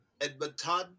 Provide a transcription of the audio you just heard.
Edmonton